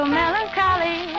melancholy